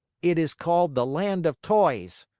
it is called the land of toys.